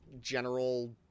general